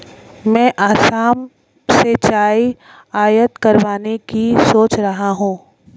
मैं असम से चाय आयात करवाने की सोच रहा हूं